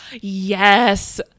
Yes